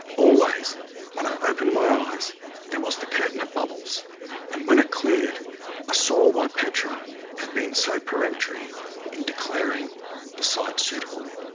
always when i opened my eyes there was the curtain of bubbles and when it cleared i ah saw why petra had been so peremptory in declaring the site suitable.